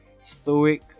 stoic